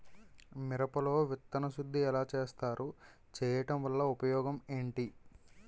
మిరప లో విత్తన శుద్ధి ఎలా చేస్తారు? చేయటం వల్ల ఉపయోగం ఏంటి?